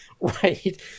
Right